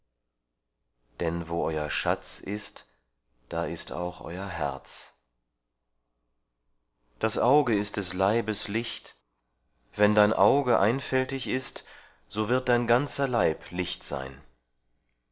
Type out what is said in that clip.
denn wo euer schatz ist da ist auch euer herz das auge ist des leibes licht wenn dein auge einfältig ist so wird dein ganzer leib licht sein